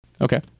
Okay